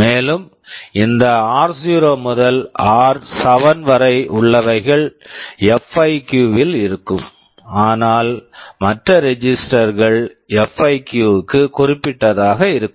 மேலும் இந்த ஆர்0 r0 முதல் ஆர்7 r7 வரை உள்ளவைகள் எப்ஐகிவ் FIQ இல் இருக்கும் ஆனால் மற்ற ரெஜிஸ்டர் register கள் எப்ஐகிவ் FIQ க்கு குறிப்பிட்டதாக இருக்கும்